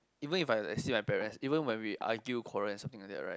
even if I I see my parents even when we argue quarrel and something like that right